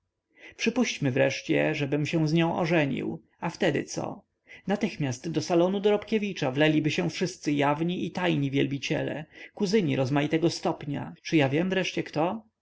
przypuśćmy wreszcie żebym się z nią ożenił a wtedy co natychmiast do salonu dorobkiewicza wleliliby się wszyscy jawni i tajni wielbiciele kuzyni rozmaitego stopnia czy ja wiem wreszcie kto